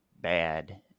bad